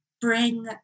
bring